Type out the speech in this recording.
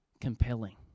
compelling